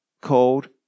Called